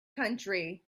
country